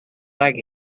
like